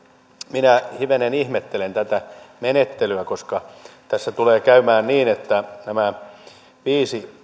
minä hivenen ihmettelen tätä menettelyä koska tässä tulee käymään niin että nämä viisi